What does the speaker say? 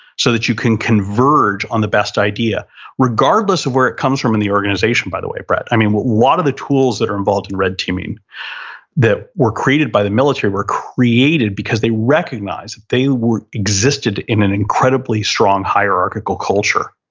so that you can converge on the best idea regardless of where it comes from in the organization by the way, brett i mean lot of the tools that are involved in red teaming that were created by the military were created, because they recognize that they were existed in an incredibly strong hierarchical culture,